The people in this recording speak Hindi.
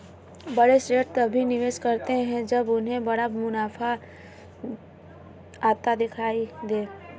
बड़े सेठ तभी निवेश करते हैं जब उन्हें बड़ा मुनाफा आता दिखाई दे